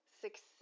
success